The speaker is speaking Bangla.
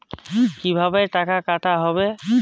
কিভাবে টাকা কাটা হবে?